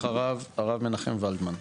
אחריו, הרב מנחם ולדמן.